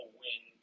win